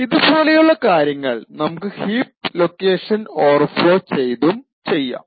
ഇതുപോലെയുള്ള കാര്യങ്ങൾ നമുക്ക് ഹീപ് ലൊക്കേഷൻ ഓവർഫ്ലോ ചെയ്തും ചെയ്യാം